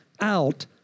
out